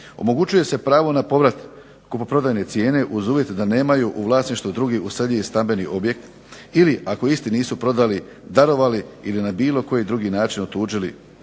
Omogućuje se pravo na povrat kupoprodajne cijene uz uvjet da nemaju u vlasništvu drugi useljivi stambeni objekt ili ako isti nisu prodali, darovali ili na bilo koji drugi način otuđili